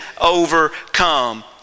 overcome